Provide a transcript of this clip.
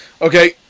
Okay